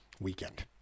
weekend